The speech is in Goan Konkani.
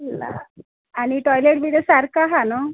ला आनी टॉयलेट बिलेड सारको आसा न्हय